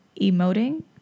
Emoting